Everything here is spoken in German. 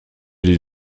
die